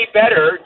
better